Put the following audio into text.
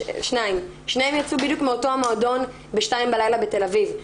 שניהם יצאו בדיוק מאותו המועדון ב-02:00 בלילה בתל אביב.